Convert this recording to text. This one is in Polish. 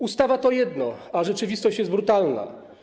Ustawa to jedno, a rzeczywistość jest brutalna.